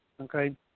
okay